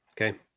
okay